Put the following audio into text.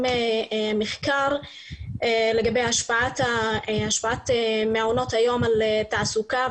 מחקר לגבי השפעת מעונות היום על תעסוקה,